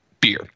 beer